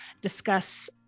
discuss